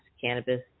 cannabis